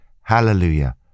Hallelujah